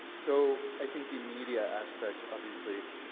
so i think the media aspect obviously.